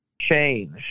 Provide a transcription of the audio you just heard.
change